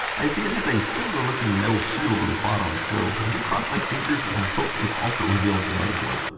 i see it has a similar looking metal shield on the bottom, so i'm going to cross my fingers and hope this also reveals the motherboard.